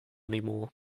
anymore